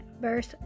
verse